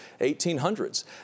1800s